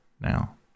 Now